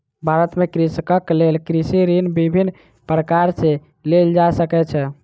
भारत में कृषकक लेल कृषि ऋण विभिन्न प्रकार सॅ लेल जा सकै छै